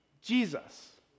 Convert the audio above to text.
Jesus